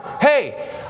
Hey